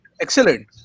excellent